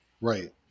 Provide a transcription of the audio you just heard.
right